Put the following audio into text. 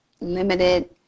limited